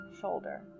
shoulder